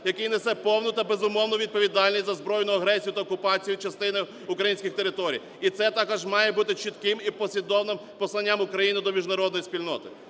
який несе повну та безумовну відповідальність за збройну агресію та окупацію частини українських територій. І це також має бути чітким і послідовним посланням України до міжнародної спільноти!